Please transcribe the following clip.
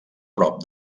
prop